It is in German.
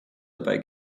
dabei